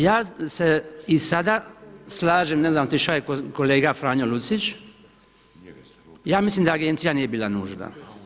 Ja se i sada slažem, ne znam otišao je kolega Franjo Lucić, ja mislim da Agencija nije bila nužna.